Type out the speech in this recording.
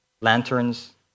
lanterns